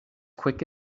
quick